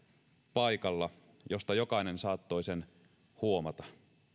paikalla josta jokainen saattoi sen huomata